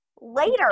later